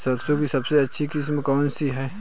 सरसों की सबसे अच्छी किस्म कौन सी है?